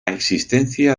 existencia